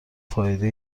فایده